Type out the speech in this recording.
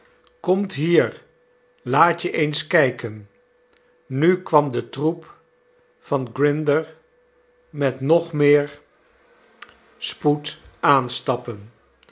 komt hier laat je eens kijken nu kwam de troep van grinder met nog meer